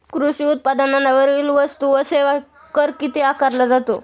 कृषी उत्पादनांवरील वस्तू व सेवा कर किती आकारला जातो?